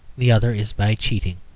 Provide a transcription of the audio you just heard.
the other is by cheating.